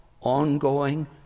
ongoing